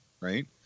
right